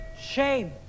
shame